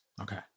Okay